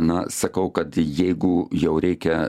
na sakau kad jeigu jau reikia